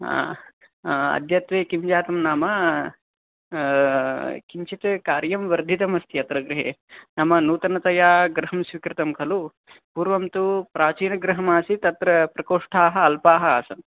हा अद्यत्वे किं जातं नाम किञ्चित् कार्यं वर्धितमस्ति अत्र गृहे नाम नूतनतया गृहं स्वीकृतं खलु पूर्वं तु प्राचीनगृहमासीत् तत्र प्रकोष्ठाः अल्पाः आसन्